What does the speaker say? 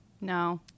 no